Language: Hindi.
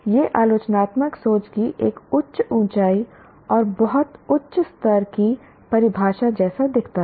यह आलोचनात्मक सोच की एक उच्च ऊँचाई और बहुत उच्च स्तर की परिभाषा जैसा दिखता है